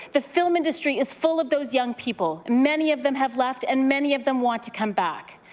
the film industry is full of those young people, many of them have left and many of them want to come back,